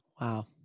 Wow